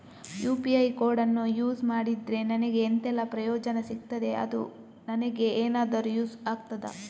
UPI ಕೋಡನ್ನು use ಮಾಡಿದ್ರೆ ನನಗೆ ಎಂಥೆಲ್ಲಾ ಪ್ರಯೋಜನ ಸಿಗ್ತದೆ, ಅದು ನನಗೆ ಎನಾದರೂ ಯೂಸ್ ಆಗ್ತದಾ?